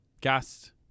guest